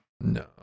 No